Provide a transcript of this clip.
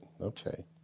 Okay